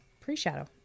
pre-shadow